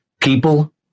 People